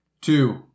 two